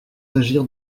agir